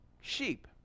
Sheep